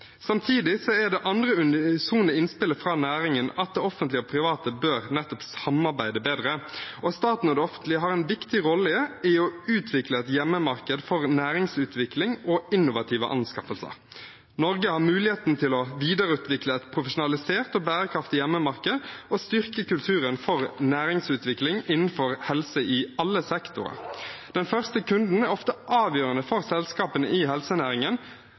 Samtidig er det andre unisone innspillet fra næringen at det offentlige og private bør nettopp samarbeide bedre, og at staten og det offentlige har en viktig rolle i å utvikle et hjemmemarked for næringsutvikling og innovative anskaffelser. Norge har muligheten til å videreutvikle et profesjonalisert og bærekraftig hjemmemarked og styrke kulturen for næringsutvikling innenfor helse i alle sektorer. Den første kunden er ofte avgjørende for selskapene i helsenæringen.